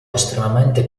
estremamente